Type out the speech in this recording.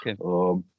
okay